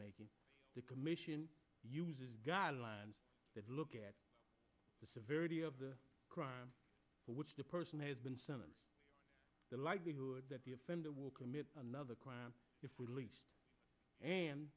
making the commission uses guidelines that look at the severity of the crime which the person has been sent and the likelihood that the offender will commit another crime if we lea